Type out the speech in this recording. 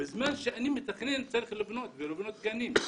בזמן שאני מתכנן צריך לבנות ולבנות גנים,